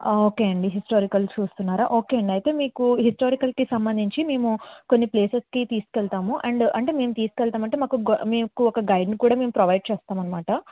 okay అండి historicals చూస్తున్నారా okay అండి అయితే మీకు హిస్టారికల్కి సంబంధించి మేము కొన్ని ప్లేసెస్కి తీసుకు వెళ్తాము అండ్ అంటే మేము తీసుకువెళ్తాం అంటే మీకు ఒక గైడ్ని కూడా మేము ప్రొవైడ్ చేస్తాం అన్నమాట